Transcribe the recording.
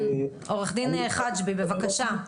עו"ד חג'בי, בבקשה.